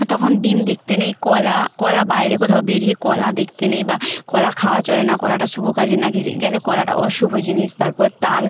তখন ডিম দেখতে নেই কলা কলা বাইরে কোথাও বেরিয়ে কলা দেখতে নেই বা কলা খাওয়া চলে না কলাটা শুভ কাজে না কি গেলে কলাটা অশুভ জিনিস তারপর তাল